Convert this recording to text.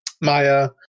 Maya